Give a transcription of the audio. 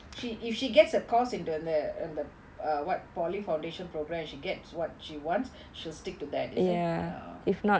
she if she gets a course in the err into அந்த:antha uh what polytechnic foundation programme she gets what she wants she'll stick to that is it ya okay